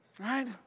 Right